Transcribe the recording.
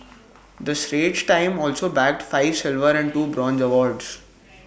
the straits times also bagged five silver and two bronze awards